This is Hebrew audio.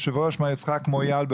מר יצחק מויאל,